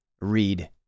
read